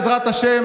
בעזרת השם,